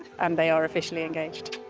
and they are officially engaged.